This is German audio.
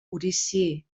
odyssee